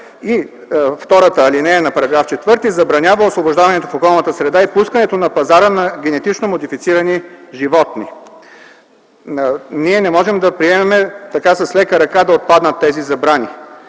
И втората алинея на § 4 забранява освобождаването в околната среда и пускането на пазара на генетично модифицирани животни. Ние не можем да приемем с лека ръка да отпаднат тези забрани,